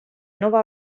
nova